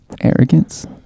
arrogance